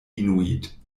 inuit